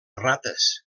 rates